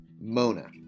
Mona